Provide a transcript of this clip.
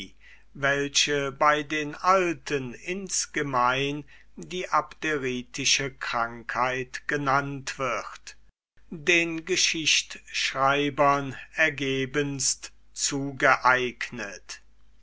welche bei den alten insgemein die abderische krankheit genannt wird den geschichtschreibern ergebenst zugeeignet